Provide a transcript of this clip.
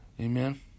Amen